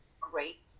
great